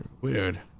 Weird